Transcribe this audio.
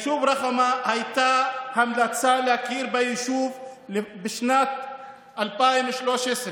הייתה המלצה להכיר ביישוב רח'מה בשנת 2013,